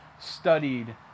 studied